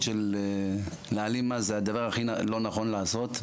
של להעלים מס זה הדבר הכי לא נכון לעשות,